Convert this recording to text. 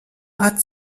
hat